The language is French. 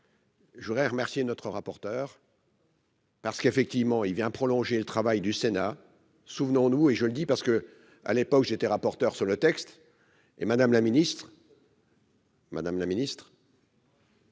Je voudrais remercier notre rapporteur. Parce qu'effectivement il vient prolonger le travail du Sénat, souvenons-nous, et je le dis parce que, à l'époque j'étais rapporteur sur le texte et Madame la Ministre. Madame la Ministre.